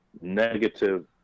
negative